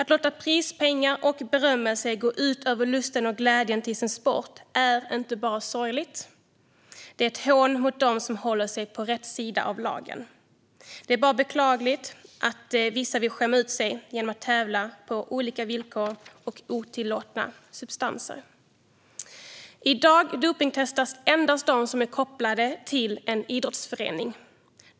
Att låta prispengar och berömmelse gå före lusten till och glädjen över sin sport är inte bara sorgligt; det är ett hån mot dem som håller sig på rätt sida av lagen. Det är beklagligt att vissa vill skämma ut sig genom att tävla på orättvisa villkor och med hjälp av otillåtna substanser. I dag dopningstestas endast de som är kopplade till en idrottsförening.